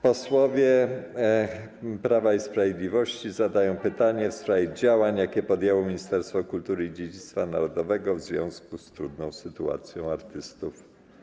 Posłowie Prawa i Sprawiedliwości zadają pytanie w sprawie działań, jakie podjęło Ministerstwo Kultury i Dziedzictwa Narodowego w związku z trudną sytuacją artystów.